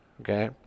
okay